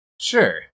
Sure